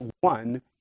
one